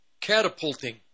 catapulting